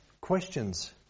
questions